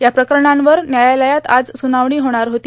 या प्रकरणांवर न्यायालयात आज सुनवणी होणार होती